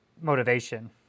motivation